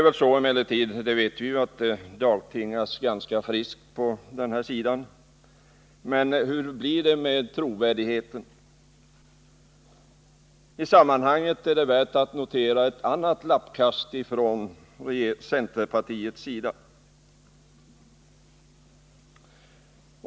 Vi vet att det dagtingas ganska friskt i centerpartiet, men hur blir det med trovärdigheten? I sammanhanget är det värt att notera ett annat ”lappkast” från centerpartiets sida.